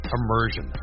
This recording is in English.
Immersion